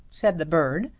said the bird,